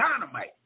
dynamite